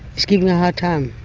is giving her hard time.